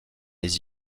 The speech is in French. les